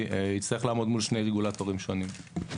יצטרך לעמוד מול שני רגולטורים שונים.